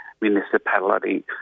municipality